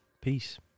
Peace